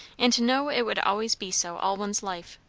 and to know it would always be so all one's life.